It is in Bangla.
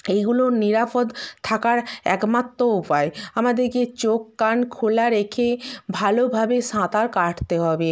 এইগুলো নিরাপদ থাকার একমাত্র উপায় আমাদেরকে চোখ কান খোলা রেখে ভালোভাবে সাঁতার কাটতে হবে